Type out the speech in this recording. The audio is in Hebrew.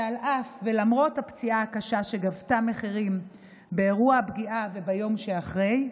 שעל אף ולמרות הפציעה הקשה שגבתה מחירים באירוע הפגיעה וביום שאחרי,